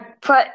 put